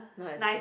not as good